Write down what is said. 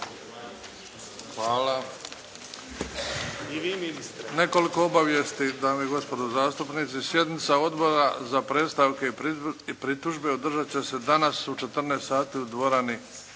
Hvala. Nekoliko obavijesti dame i gospodo zastupnici. Sjednica Odbora za predstavke i pritužbe održat će se danas u 14,00 sati u dvorani